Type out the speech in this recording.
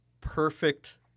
perfect